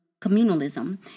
communalism